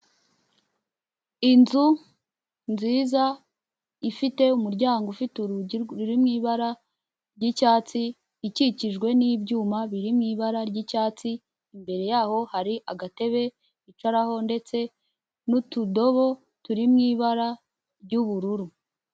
Inzu nziza ifite umuryango ufite urugi ruri mu ibara ry'icyatsi ikikijwe n'ibyuma biri mu ibara ry'icyatsi imbere yaho hari agatebe bicaraho ndetse n'utudobo turi mu ibara ry'ubururu.